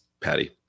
patty